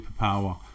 superpower